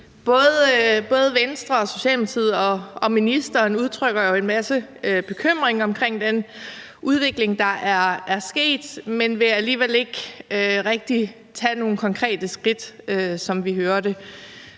Både Venstre, Socialdemokratiet og ministeren udtrykker en masse bekymring omkring den udvikling, der er sket, men vil alligevel ikke rigtig tage nogen konkrete skridt, som vi hørte.